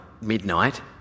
midnight